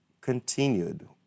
continued